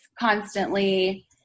constantly